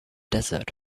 desert